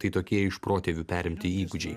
tai tokie iš protėvių perimti įgūdžiai